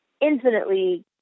infinitely